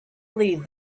leave